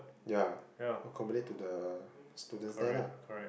yeah accommodate to the students there lah